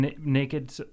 naked